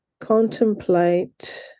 contemplate